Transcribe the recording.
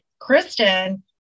Kristen